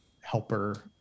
helper